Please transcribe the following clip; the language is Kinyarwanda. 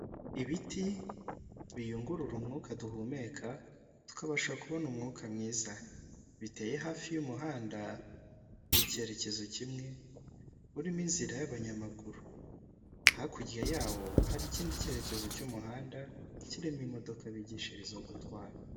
Ibiti biyungurura umwuka duhumeka tukabasha kubona umwuka mwiza biteye hafi y'umuhanda w'icyerekezo kimwe urimo inzira y'abanyamaguru, hakurya yawo hari ikindi cyerekezo cy'umuhanda kirimo imodoka bigishiriza gutwara.